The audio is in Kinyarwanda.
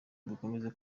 dukomeze